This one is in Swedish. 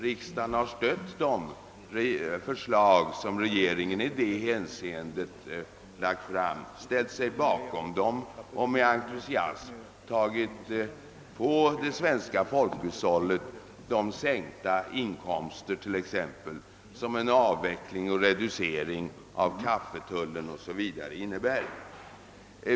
Riksdagen har ställt sig bakom de förslag som regeringen i detta avseende lagt fram och med entusiasm tagit på det svenska folkhushållet de sänkta inkomster som t.ex. en reducering eller avveckling av kaffetullen innebär.